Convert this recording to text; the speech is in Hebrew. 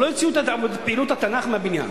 שלא יוציאו את פעילות התנ"ך מהבניין.